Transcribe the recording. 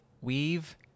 weave